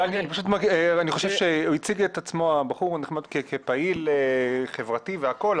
חושב שהבחור הנחמד הציג את עצמו כפעיל חברתי והכל,